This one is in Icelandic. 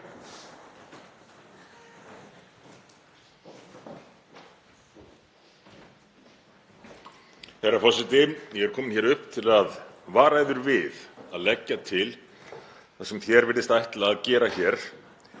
Herra forseti. Ég er komin hingað upp til að vara yður að leggja til það sem þér virðist ætla að gera hér